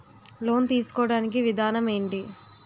Loan తీసుకోడానికి విధానం ఏంటి?